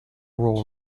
raw